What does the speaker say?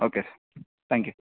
okay thank you